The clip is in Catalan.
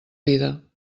vida